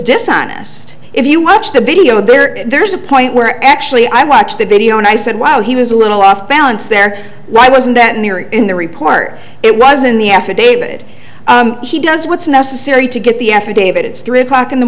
dishonest if you watch the video there there's a point where actually i watched the video and i said while he was a little off balance there why wasn't that in there in the report it was in the affidavit he does what's necessary to get the affidavit it's three o'clock in the